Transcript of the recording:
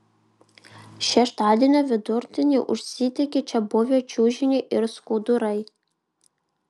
šeštadienio vidurdienį užsidegė čia buvę čiužiniai ir skudurai